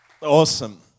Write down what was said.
Awesome